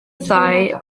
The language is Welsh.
ddau